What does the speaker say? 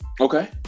Okay